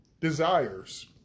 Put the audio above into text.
desires